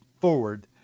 forward